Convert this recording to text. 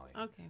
Okay